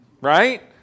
Right